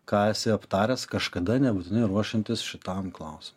ką esi aptaręs kažkada nebūtinai ruošiantis šitam klausimui